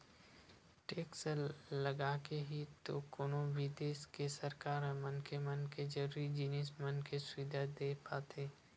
tax लगाके ही तो कोनो भी देस के सरकार ह मनखे मन के जरुरी जिनिस मन के सुबिधा देय पाथे